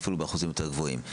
אפילו באחוזים יותר גבוהים.